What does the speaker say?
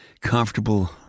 comfortable